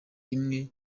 imwe